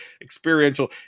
experiential